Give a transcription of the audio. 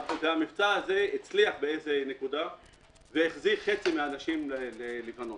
המבצע הזה הצליח והחזיר חצי מן האנשים ללבנון.